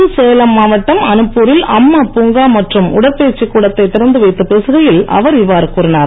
இன்று சேலம் மாவட்டம் அனுப்புரில் அம்மா புங்கா மற்றும் உடற்பயிற்சி கூடத்தை திறந்து வைத்துப் பேசுகையில் அவர் இவ்வாறு கூறினார்